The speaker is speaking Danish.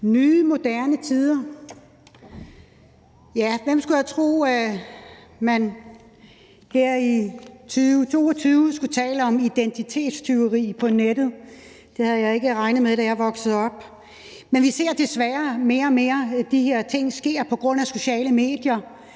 Nye, moderne tider. Ja, hvem skulle have troet, at vi her i 2022 skulle tale om identitetstyveri på nettet. Det havde jeg ikke regnet med, da jeg voksede op. Men vi ser desværre mere og mere, at de her ting sker på grund af sociale medier;